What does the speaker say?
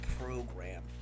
program